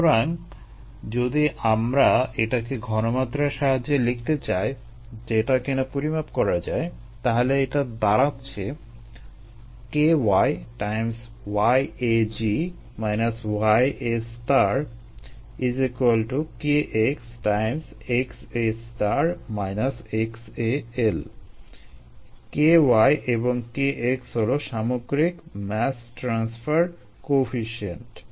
সুতরাং যদি আমরা এটাকে ঘনমাত্রার সাহায্যে লিখতে চাই যেটা কিনা পরিমাপ করা যায় তাহলে এটা দাঁড়াচ্ছে Ky এবং Kx হলো সামগ্রিক মাস ট্রান্সফার কোয়েফিসিয়েন্ট